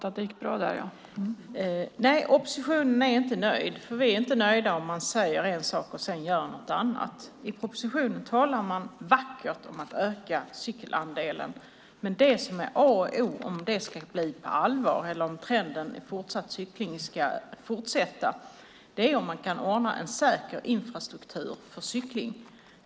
Fru talman! Nej, oppositionen är inte nöjd. Vi är inte nöjda om man säger en sak och sedan gör något annat. I propositionen talas det vackert om att öka cyklingsandelen, men för att det ska bli allvar, för att trenden med fortsatt cykling ska fortsätta, är det viktigt att man kan ordna en säker infrastruktur för cykling.